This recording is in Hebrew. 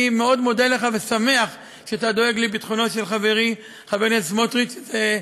אני מאוד מודה לך ושמח שאתה דואג לביטחונו של חברי חבר הכנסת סמוטריץ.